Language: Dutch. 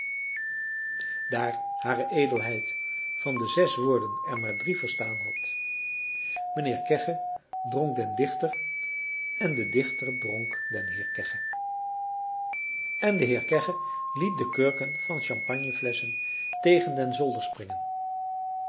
daar hed van de zes woorden er maar drie verstaan had mijnheer kegge dronk den dichter en de dichter dronk den heer kegge en de heer kegge liet de kurken van champagneflesschen tegen den zolder